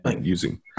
using